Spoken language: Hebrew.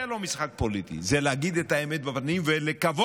זה לא משחק פוליטי, זה להגיד את האמת בפנים ולקוות